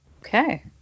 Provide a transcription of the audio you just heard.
Okay